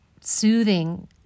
soothing